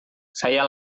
saya